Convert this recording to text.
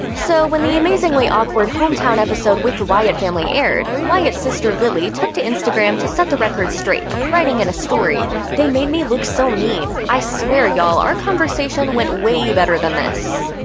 so, when the amazingly awkward hometown episode with the wyatt family aired, wyatt's sister, lily, took to instagram to set the record straight, writing in a story, they made me look so mean. i swear y'all our conversation went wayyyy better than this.